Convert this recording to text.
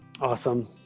Awesome